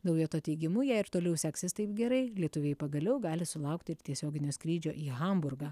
daujoto teigimu jei ir toliau seksis taip gerai lietuviai pagaliau gali sulaukti ir tiesioginio skrydžio į hamburgą